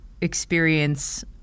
experience